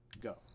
go